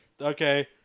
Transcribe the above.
Okay